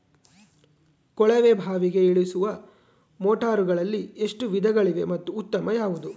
ಕೊಳವೆ ಬಾವಿಗೆ ಇಳಿಸುವ ಮೋಟಾರುಗಳಲ್ಲಿ ಎಷ್ಟು ವಿಧಗಳಿವೆ ಮತ್ತು ಉತ್ತಮ ಯಾವುದು?